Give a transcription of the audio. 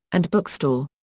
and bookstore.